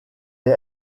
est